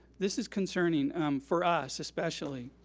this is concerning for us, especially,